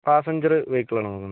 passenger വെഹിക്കിളാണ് നോക്കുന്നത്